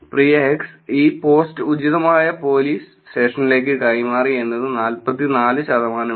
"പ്രിയ XXX ഈ post ഉചിതമായ police സ്റ്റേഷനിലേക്ക് കൈമാറി" എന്നത് 44 ശതമാനം ഉണ്ട്